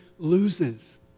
Loses